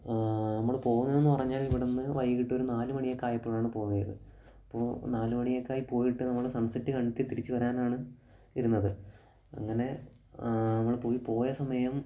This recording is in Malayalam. നമ്മൾ പോകുന്നതെന്ന് പറഞ്ഞാൽ ഇവിടെ നിന്ന് വൈകിയിട്ട് ഒരു നാലുമണിയൊക്കെ ആയപ്പോഴാണ് പോയത് അപ്പോൾ നാലുമണിയൊക്കെയായി പോയിട്ട് നമ്മൾ സൺസെറ്റ് കണ്ടിട്ട് തിരിച്ചു വരാനാണ് ഇരുന്നത് അങ്ങനെ നമ്മൾ പോയി പോയ സമയം